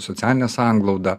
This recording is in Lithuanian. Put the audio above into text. socialine sanglauda